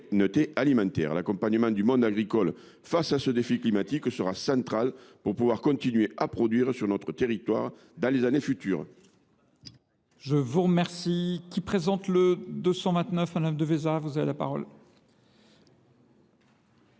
alimentaire. L’accompagnement du monde agricole face à ce défi climatique sera essentiel pour continuer à produire sur notre territoire dans les années à venir.